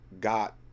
got